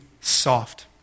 soft